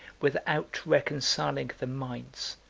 without reconciling the minds,